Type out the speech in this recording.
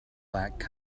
lack